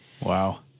Wow